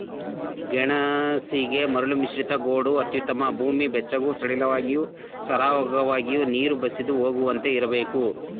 ಗೆಣಸಿಗೆ ಮರಳುಮಿಶ್ರಿತ ಗೋಡು ಅತ್ಯುತ್ತಮ ಭೂಮಿ ಬೆಚ್ಚಗೂ ಸಡಿಲವಾಗಿ ಸರಾಗವಾಗಿ ನೀರು ಬಸಿದು ಹೋಗುವಂತೆ ಇರ್ಬೇಕು